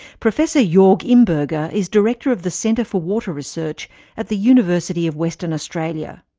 professor jorg imberger is director of the centre for water research at the university of western australia.